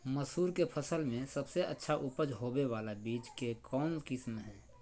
मसूर के फसल में सबसे अच्छा उपज होबे बाला बीज के कौन किस्म हय?